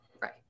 Right